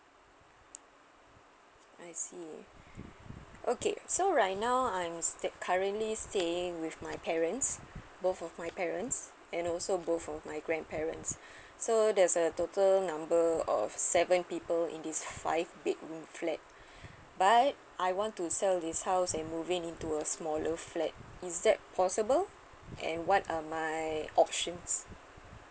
I see okay so right now I'm stay currently staying with my parents both of my parents and also both of my grandparents so there's a total number of seven people in this five bedroom flat but I want to sell this house and moving into a smaller flat is that possible and what are my options